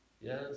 Yes